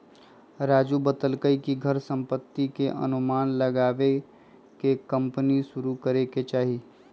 राजू बतलकई कि घर संपत्ति के अनुमान लगाईये के कम्पनी शुरू करे के चाहि